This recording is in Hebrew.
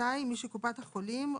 מי שקופת החולים,